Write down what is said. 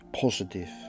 positive